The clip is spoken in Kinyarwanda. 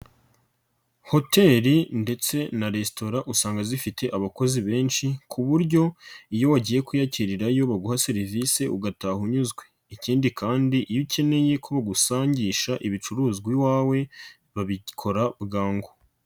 Hoteli ndetse na resitora usanga zifite abakozi benshi, ku buryo iyo wagiye kwiyakirirayo baguha serivisi ugataha unyuzwe, ikindi kandi iyo ukeneye ko bagusangisha ibicuruzwa iwawe, babikora bwangu.